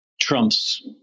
Trump's